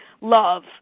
love